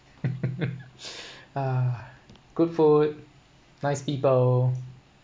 uh good food nice people